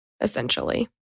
essentially